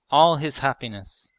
all his happiness,